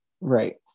Right